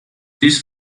this